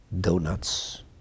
Donuts